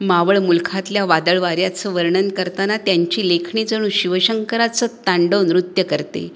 मावळ मुलखातल्या वादळवाऱ्याचं वर्णन करताना त्यांची लेखणी जणू शिवशंकराचं तांडवनृत्य करते